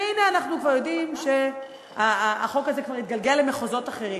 והנה אנחנו כבר יודעים שהחוק הזה כבר התגלגל למחוזות אחרים.